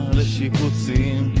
but you see,